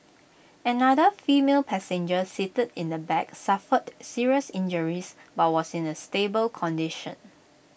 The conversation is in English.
another female passenger seated in the back suffered serious injuries but was in A stable condition